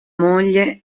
moglie